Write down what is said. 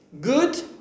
good